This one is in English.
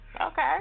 Okay